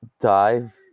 dive